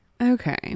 okay